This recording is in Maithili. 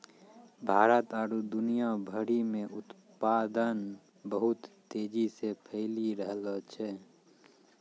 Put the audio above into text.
भारत आरु दुनिया भरि मे उत्पादन बहुत तेजी से फैली रैहलो छै